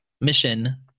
mission